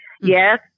Yes